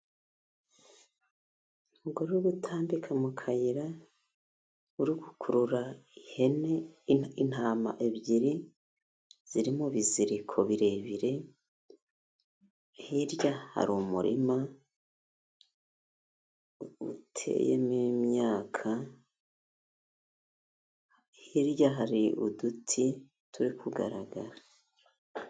Umugore uri gutambika mu kayira, uri gukurura intama ebyiri zirimo ibiziriko birebire, hirya hari umurima uteyemo imyaka, hirya hari uduti turi kugaragara.